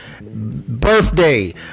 birthday